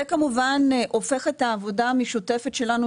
זה כמובן הופך את העבודה המשותפת שלנו